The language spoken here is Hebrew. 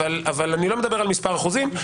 אני לא מדבר על מספר אחוזים.